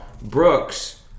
Brooks